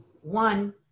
one